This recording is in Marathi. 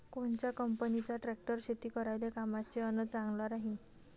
कोनच्या कंपनीचा ट्रॅक्टर शेती करायले कामाचे अन चांगला राहीनं?